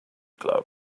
club